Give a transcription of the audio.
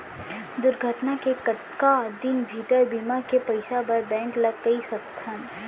दुर्घटना के कतका दिन भीतर बीमा के पइसा बर बैंक ल कई सकथन?